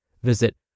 Visit